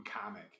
comic